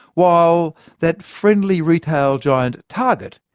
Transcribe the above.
while that friendly retail giant, target,